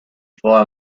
fire